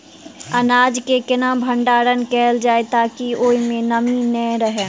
अनाज केँ केना भण्डारण कैल जाए ताकि ओई मै नमी नै रहै?